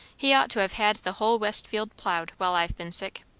he ought to have had the whole west field ploughed, while i've been sick.